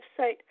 website